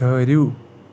ٹھٕہرِو